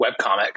webcomic